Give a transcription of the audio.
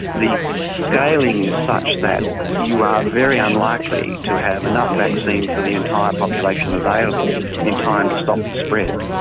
the scaling is such that you are very unlikely to have enough vaccine for the entire population available in time to stop the spread,